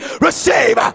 receive